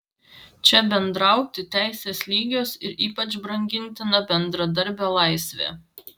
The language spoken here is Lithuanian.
čia bendrauti teisės lygios ir ypač brangintina bendradarbio laisvė